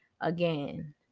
Again